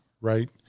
right